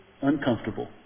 uncomfortable